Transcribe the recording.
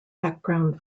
background